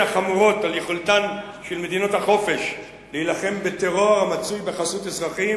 החמורות על יכולתן של מדינות החופש להילחם בטרור המצוי בחסות אזרחים.